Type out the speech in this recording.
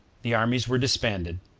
the armies were disbanded,